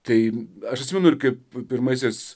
tai aš atsimenu ir kaip pirmaisiais